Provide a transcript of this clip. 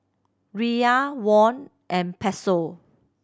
Riyal Won and Peso